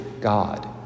god